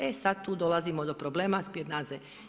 E sad tu dolazimo do problema spinaze.